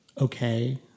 okay